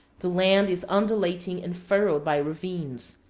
the land is undulating and furrowed by ravines,